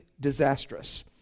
disastrous